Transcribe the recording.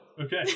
Okay